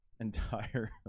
entire